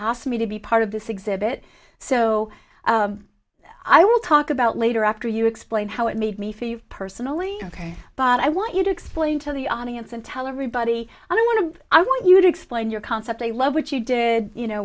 ask me to be part of this exhibit so i will talk about later after you explain how it made me feel personally ok but i want you to explain to the audience and tell everybody i don't want to i want you to explain your concept i love what you did you know